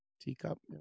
teacup